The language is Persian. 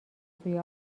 سوی